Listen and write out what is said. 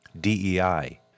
DEI